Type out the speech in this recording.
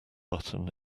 button